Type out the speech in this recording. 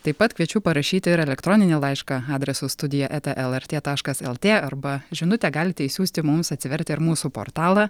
taip pat kviečiu parašyti ir elektroninį laišką adresu studija eta lrt taškas lt arba žinutę galite išsiųsti mums atsivertę ir mūsų portalą